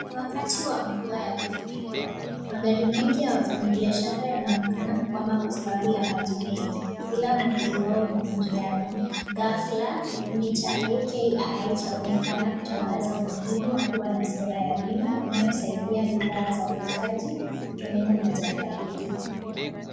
Ni wakati wa mvua ya mafuriko magari mengi ya wafanyibiashara yamekwama kwa sababu ya maji mengi ila mwokozi wao yupo njiani ghafla kikundi cha AKI chaonekana kutangaza umuhimu wa kuwa na sera ya bima kusaidia bidhaa ya mwuzaji kutoenda na janga hili.